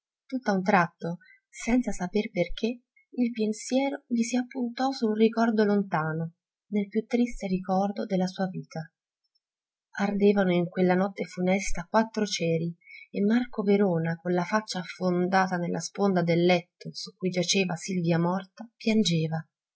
passato tutt'a un tratto senza saper perché il pensiero gli s'appuntò in un ricordo lontano nel più triste ricordo della sua vita ardevano in quella notte funesta quattro ceri e marco verona con la faccia affondata nella sponda del letto su cui giaceva silvia morta piangeva